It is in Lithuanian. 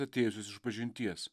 atėjusius išpažinties